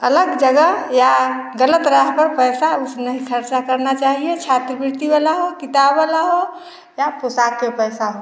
अलग जगह या गलत राह पर उसे पैसा नहीं खर्च करना चाहिए छात्रवृत्ति वाला हो किताब वाला हो या पोषाक का पैसा हो